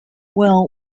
well